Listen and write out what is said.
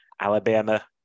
Alabama